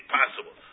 possible